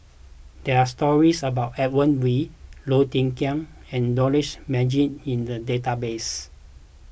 there are stories about Edmund Wee Low Thia Khiang and Dollah Majid in the database